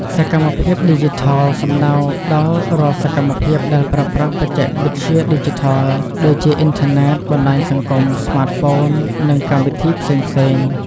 សកម្មភាពឌីជីថល សំដៅដល់រាល់សកម្មភាពដែលប្រើប្រាស់បច្ចេកវិទ្យាឌីជីថល ដូចជាអ៊ីនធឺណិត បណ្ដាញសង្គម ស្មាតហ្វូន និងកម្មវិធីផ្សេងៗ។